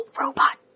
robot